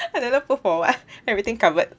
I don't know put for what everything covered